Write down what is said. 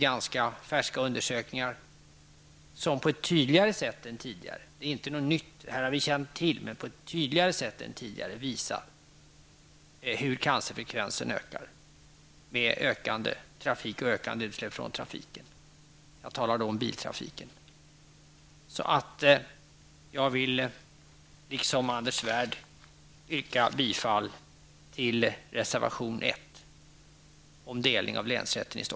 Ganska färska undersökningar visar på ett tydligare sätt än tidigare hur cancerfrekvensen ökar med ökande trafik och mer utsläpp från biltrafiken. Detta är inget nytt för oss. Herr talman! Jag yrkar i likhet med Anders Svärd bifall för reservation 1 om delning av länsrätten i